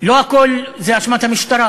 לא הכול זה אשמת המשטרה.